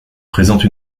présentent